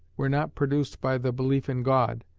were not produced by the belief in god,